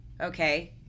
okay